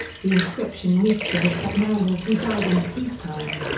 the inscription reads to the submariners who died in peacetime.